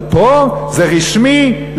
אבל פה זה רשמי,